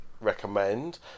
recommend